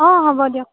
অ' হ'ব দিয়ক